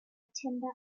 timber